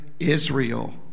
Israel